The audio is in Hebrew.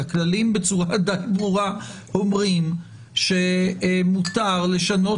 הכללים בצורה די ברורה אומרים שמותר לשנות